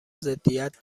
ضدیت